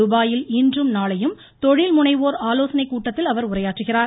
துபாயில் இன்றும் நாளையும் தொழில் முனைவோர் ஆலோசனைக் கூட்டத்தில் அவர் உரையாற்றுகிறார்